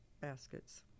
baskets